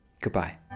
Goodbye